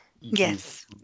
Yes